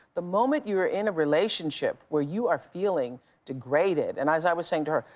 the moment you're in a relationship where you are feeling degraded, and i was i was saying to her,